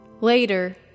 later